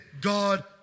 God